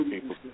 people